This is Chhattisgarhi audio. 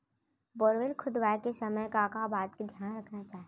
बोरवेल खोदवाए के समय का का बात के धियान रखना हे?